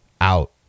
out